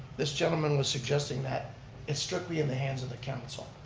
this gentleman was suggesting that it's strictly in the hands of the council.